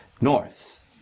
north